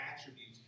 attributes